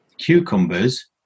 cucumbers